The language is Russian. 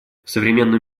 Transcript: современном